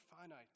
finite